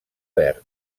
verd